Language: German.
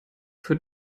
für